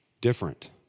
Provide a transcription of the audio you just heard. different